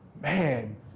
Man